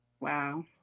wow